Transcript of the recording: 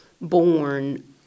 born